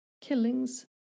killings